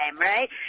right